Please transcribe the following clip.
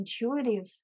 intuitive